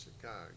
Chicago